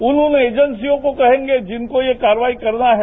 उन उन एजेंसियों को कहेंगे जिनको ये कार्रवाई करना है